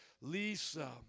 Lisa